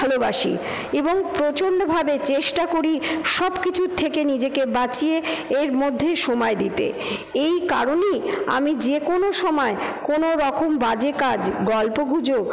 ভালোবাসি এবং প্রচণ্ডভাবে চেষ্টা করি সবকিছুর থেকে নিজেকে বাঁচিয়ে এর মধ্যে সময় দিতে এই কারণেই আমি যেকোনো সময় কোনোরকম বাজে কাজ গল্পগুজব